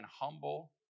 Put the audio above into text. humble